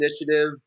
initiative